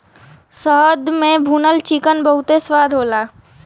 शहद में भुनल चिकन बहुते स्वाद होला